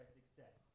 success